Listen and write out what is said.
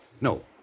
No